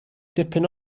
dipyn